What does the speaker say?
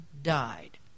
died